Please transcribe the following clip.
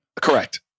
Correct